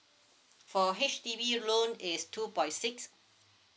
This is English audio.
for H_D_B loan is two point six